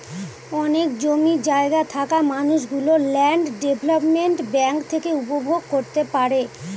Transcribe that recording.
অনেক জমি জায়গা থাকা মানুষ গুলো ল্যান্ড ডেভেলপমেন্ট ব্যাঙ্ক থেকে উপভোগ করতে পারে